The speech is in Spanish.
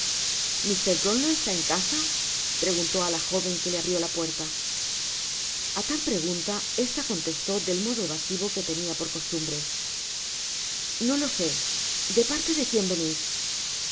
mr brownlow está en casa preguntó á la joven que le abrió la puerta a tal pregunta ésta contestó del modo evasivo que tenia por costumbre no lo se de parle de quién venis no